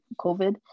COVID